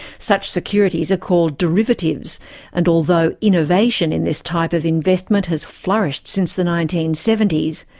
such securities are called derivatives and although innovation in this type of investment has flourished since the nineteen seventy s,